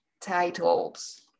titles